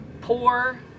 poor